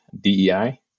DEI